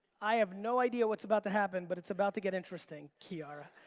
i have no idea what's about to happen, but it's about to get interesting, kiara.